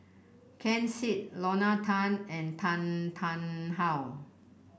Ken Seet Lorna Tan and Tan Tarn How